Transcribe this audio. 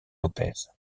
lópez